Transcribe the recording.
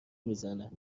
میزنه